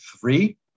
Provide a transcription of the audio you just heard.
three